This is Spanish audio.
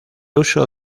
uso